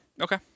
Okay